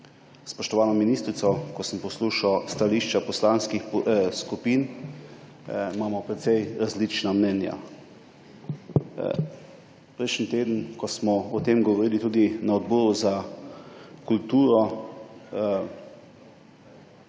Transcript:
spoštovano ministrico, ko sem poslušal stališča poslanskih skupin, imamo precej različna mnenja. Prejšnji teden, ko smo o tem govorili tudi na Odboru za kulturo,